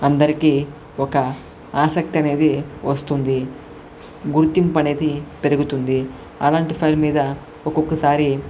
అందరికీ ఒక ఆసక్తి అనేది వస్తుంది గుర్తింపు అనేది పెరుగుతుంది అలాంటి ఫైల్ మీద ఒక్కొక్కసారి